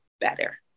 better